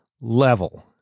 Level